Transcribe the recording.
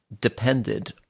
depended